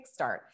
kickstart